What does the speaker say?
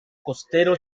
costero